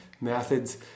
methods